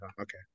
Okay